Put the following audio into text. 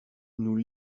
nous